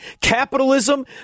capitalism